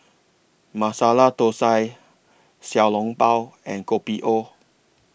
Masala Thosai Xiao Long Bao and Kopi O